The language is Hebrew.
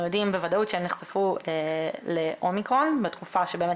יודעים בוודאות שהם נחשפו לאומיקרון בתקופה שבאמת